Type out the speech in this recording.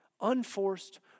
Unforced